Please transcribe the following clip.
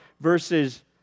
verses